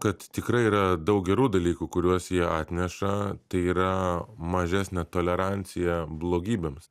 kad tikrai yra daug gerų dalykų kuriuos jie atneša tai yra mažesnė tolerancija blogybėms